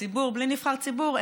וציבור בלי נבחר ציבור,